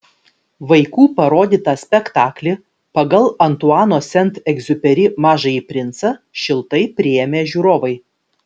vaikų parodytą spektaklį pagal antuano sent egziuperi mažąjį princą šiltai priėmė žiūrovai